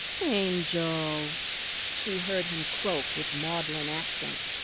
angel! she heard him croak with maudlin accent.